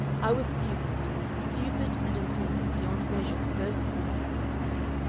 i was stupid stupid and impulsive beyond measure to burst upon you in this way.